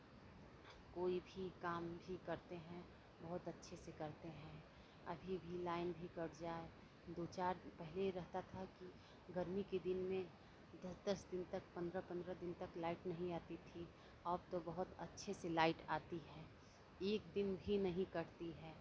कोई भी काम भी करते हैं बहुत अच्छे से करते हैं अभी भी लाइन भी कट जाये दो चार पहले रहता था कि गर्मी के दिन में दस दस दिन तक पंद्रह पंद्रह दिन तक लाइट नहीं आती थी अब तो बहुत अच्छे से लाइट आती है एक दिन भी नहीं कटती है